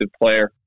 player